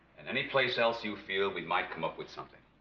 and any place else you feel we might come up with something.